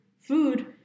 food